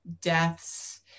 deaths